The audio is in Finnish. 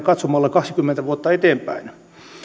katsomalla kaksikymmentä vuotta eteenpäin